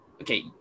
okay